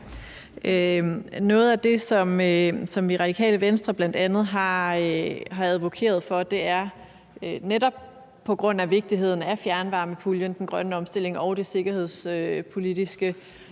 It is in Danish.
Noget af det, som vi i Radikale Venstre bl.a. har advokeret for, er – netop på grund af vigtigheden af fjernvarmepuljen, den grønne omstilling og det sikkerhedspolitiske